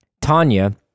Tanya